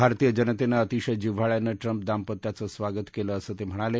भारतीय जनतेनं अतिशय जिव्हाळ्यानं ट्रंप दांपत्याचं स्वागत केलं असं ते म्हणाले